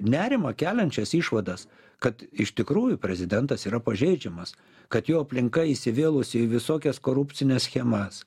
nerimą keliančias išvadas kad iš tikrųjų prezidentas yra pažeidžiamas kad jo aplinka įsivėlusi į visokias korupcines schemas